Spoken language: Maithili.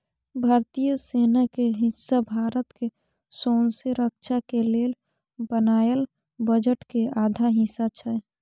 भारतीय सेना के हिस्सा भारत के सौँसे रक्षा के लेल बनायल बजट के आधा हिस्सा छै